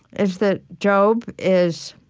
is that job is